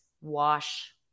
wash